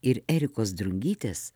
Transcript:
ir erikos drungytės